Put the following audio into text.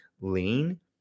lean